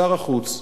שר החוץ,